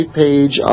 page